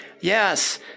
yes